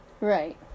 Right